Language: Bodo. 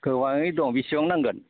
गोबाङै दं बेसेबां नांगोन